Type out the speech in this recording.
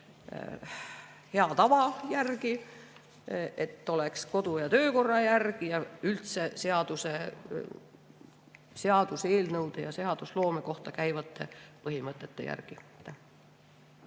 hea tava järgi, et oleks kodu- ja töökorra järgi ja üldse seaduseelnõude, seadusloome kohta käivate põhimõtete järgi.